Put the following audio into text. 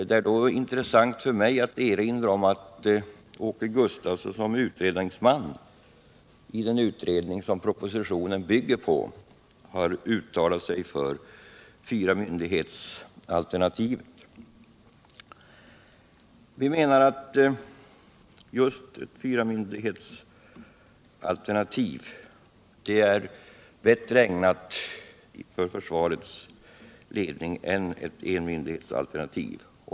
Jag kan då inte underlåta att erinra om att Åke Gustavsson som utredningsman i den utredning som propositionen bygger på har uttalat sig för fyramyndighetsalternativet. Utskottet menar att fyramyndighetsalternativet bättre gagnar försvarets ledning än ett enmyndighetsalternativ.